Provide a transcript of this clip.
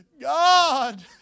God